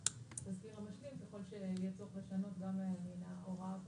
התזכיר המשלים ככל שיהיה צורך לשנות גם הוראה קונקרטית.